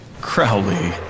Crowley